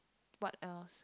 what else